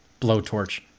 blowtorch